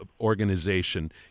organization